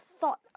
thought